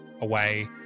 away